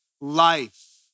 life